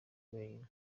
wenyine